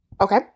Okay